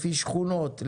לפי שכונות,